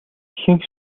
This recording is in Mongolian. ихэнх